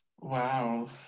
Wow